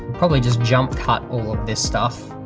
probably just jump cut all of this stuff.